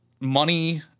money